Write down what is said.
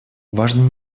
важно